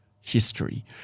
history